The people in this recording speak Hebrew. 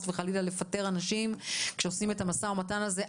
וחלילה לפטר אנשים כשעושים את המשא ומתן הזה.